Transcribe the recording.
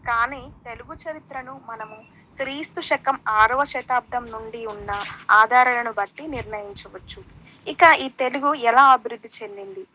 కానీ తెలుగు చరిత్రను మనము క్రీస్తు శకం ఆరవ శతాబ్దం నుండి ఉన్న ఆధారాలను బట్టి నిర్ణయించవచ్చు ఇక ఈ తెలుగు ఎలా అభివృద్ధి చెందింది